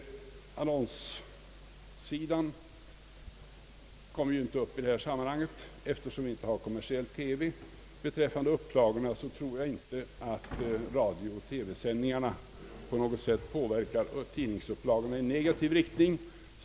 Annonssidan kommer ju inte in i detta sammanhang, eftersom vi inte har kommersiell TV. Beträffande tidningsupplagorna tror jag inte att radiooch televisionssändningarna på något sätt påverkar dem i negativ riktning.